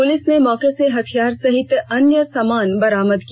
police ने मौके से हथियार सहित अन्य सामान बरामद किया